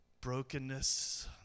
brokenness